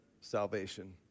salvation